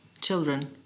children